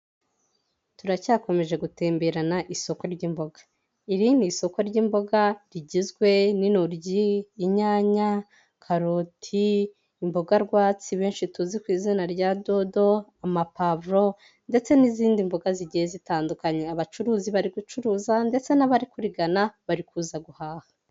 Turacyakomeje gutemberana isoko ry'imboga, iri n'isoko ry'imboga rigizwe n'inoryi, inyanya, karoti, imboga rwatsi benshi tuzi ku izina rya dodo, amapavuro ndetse n'izindi mboga zigiye zitandukanye. Abacuruzi bari gucuruza ndetse n'abari kurigana bari kuza guhaha.